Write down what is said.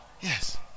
Yes